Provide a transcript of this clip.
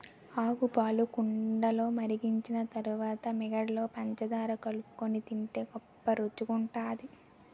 ఆవుపాలు కుండలో మరిగించిన తరువాత మీగడలో పంచదార కలుపుకొని తింటే గొప్ప రుచిగుంటది